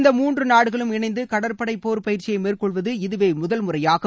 இந்த மூன்று நாடுகளும் இணைந்து கடற்படை போர் பயிற்சியை மேற்கொள்வது இதுவே முதல் முறையாகும்